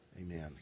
Amen